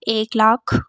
एक लाख